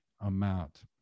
amount